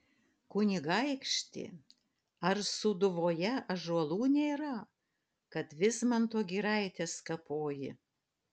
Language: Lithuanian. kunigaikšti ar sūduvoje ąžuolų nėra kad vismanto giraites kapoji